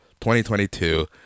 2022